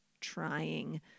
trying